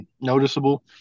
noticeable